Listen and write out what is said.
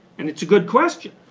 and it's a good questions,